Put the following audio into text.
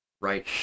right